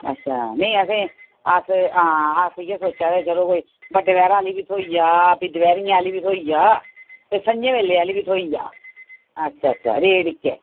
अच्छा नेईं असें अस हां अस इ'यै सोचा दे चलो कोई बड्डे बैह्र आह्ली गै थ्होई जा फ्ही दपैह्री आह्ली बी थ्होई जा ते संञै बैल्ले आह्ली बी थ्होई जा अच्छा अच्छा ते रेट इक्कै